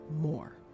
more